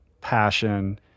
passion